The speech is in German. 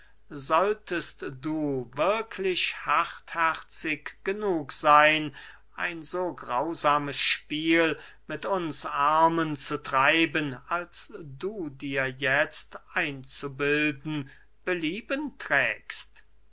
solltest du wirklich hartherzig genug seyn ein so grausames spiel mit uns armen zu treiben als du dir jetzt einzubilden belieben trägst